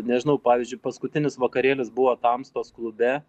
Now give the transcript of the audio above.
nežinau pavyzdžiui paskutinis vakarėlis buvo tamstos klube